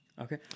Okay